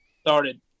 started